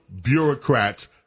bureaucrats